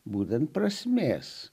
būtent prasmės